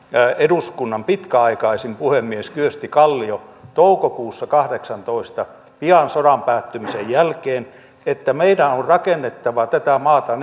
eduskunnan pitkäaikaisin puhemies kyösti kallio toukokuussa kahdeksantoista pian sodan päättymisen jälkeen meidän on rakennettava tätä maata